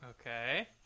Okay